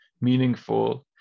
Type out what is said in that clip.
meaningful